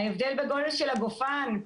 ההבדל בגודל של הגופן,